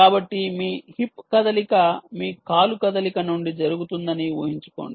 కాబట్టి మీ హిప్ కదలిక మీ కాలు కదలిక నుండి జరుగుతుందని ఊహించుకోండి